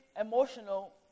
emotional